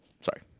Sorry